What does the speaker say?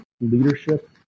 leadership